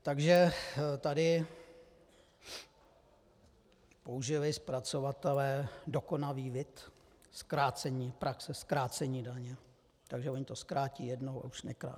Takže tady použili zpracovatelé dokonavý vid zkrácení praxe, zkrácení daně, takže oni to zkrátí jednou a už nekrátí.